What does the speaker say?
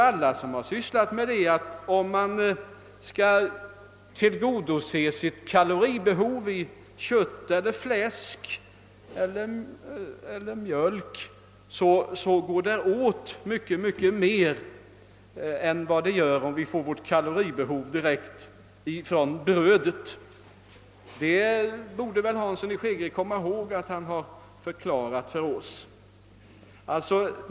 Alla som har sysslat med denna fråga vet att om man skall tillgodose sitt kaloribehov med kött, fläsk eller mjölk går det åt så mycket mer än om kaloribehovet tillgodoses direkt från bröd. Herr Hansson i Skegrie borde komma ihåg att han har förklarat det för oss.